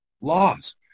laws